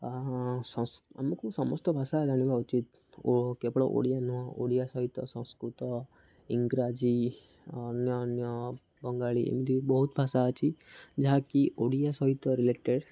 ଆମକୁ ସମସ୍ତ ଭାଷା ଜାଣିବା ଉଚିତ୍ ଓ କେବଳ ଓଡ଼ିଆ ନୁହଁ ଓଡ଼ିଆ ସହିତ ସଂସ୍କୃତ ଇଂରାଜୀ ଅନ୍ୟ ଅନ୍ୟ ବଙ୍ଗାଳୀ ଏମିତି ବହୁତ ଭାଷା ଅଛି ଯାହାକି ଓଡ଼ିଆ ସହିତ ରିଲେଟେଡ଼୍